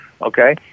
Okay